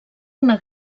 una